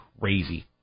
Crazy